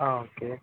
ஆ okay